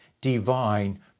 divine